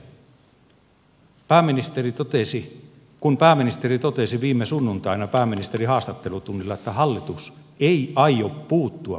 hätkähdyttävää on ollut se kun pääministeri totesi viime sunnuntaina pääministerin haastattelutunnilla että hallitus ei aio puuttua perustuslakivaliokunnan tulkintaan